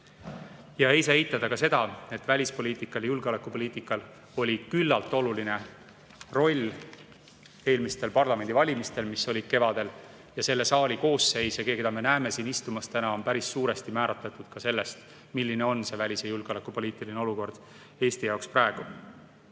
on. Ei saa eitada ka seda, et välispoliitikal ja julgeolekupoliitikal oli küllalt oluline roll eelmistel parlamendivalimistel, mis olid kevadel. Selle saali koosseis ja need, keda me näeme siin istumas täna, on päris suuresti määratud ka sellest, milline on välis- ja julgeolekupoliitiline olukord Eesti jaoks